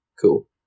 Cool